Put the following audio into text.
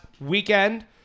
weekend